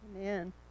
Amen